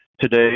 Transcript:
Today